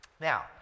Now